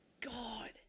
God